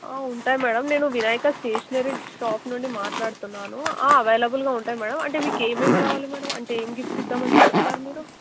ఉంటాయి మ్యాడమ్ నేను Vinayaka stationery shop నుండి మాట్లాడుతున్నాను అవైలబుల్గా ఉంటాయి మ్యాడమ్ అంటే మీకు ఏమేమి కావాలి మ్యాడమ్ అంటే ఏమి గిఫ్ట్స్ ఇద్దామని చూస్తున్నారు మీరు